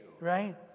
Right